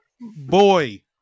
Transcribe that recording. boy